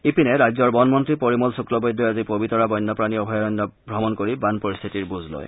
ইপিনে ৰাজ্যৰ বনমন্ত্ৰী পৰিমল শুক্লবৈদ্যই আজি পবিতৰা বন্যপ্ৰাণী অভয়াৰণ্য ভ্ৰমণ কৰি বান পৰিস্থিতিৰ বুজ লয়